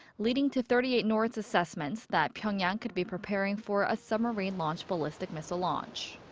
leading to thirty eight north's assessments that pyongyang could be preparing for a submarine launched ballistic missile launch.